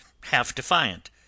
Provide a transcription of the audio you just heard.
half-defiant